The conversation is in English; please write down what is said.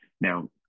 Now